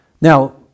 Now